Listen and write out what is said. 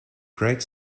great